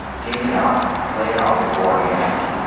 game it out, play it out beforehand,